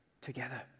together